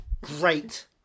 Great